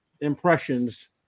impressions